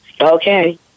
Okay